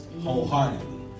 wholeheartedly